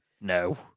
no